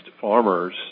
farmers